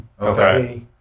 Okay